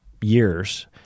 years